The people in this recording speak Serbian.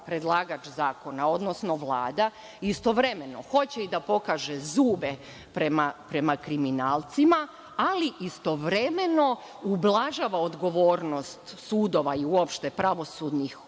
predlagač zakona, odnosno Vlada istovremeno hoće i da pokaže zube prema kriminalcima, ali istovremeno ublažava odgovornost sudova i uopšte pravosudnih